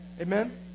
Amen